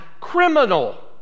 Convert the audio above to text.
criminal